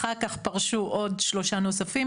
אחר כך פרשו עוד שלושה נוספים.